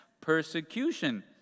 persecution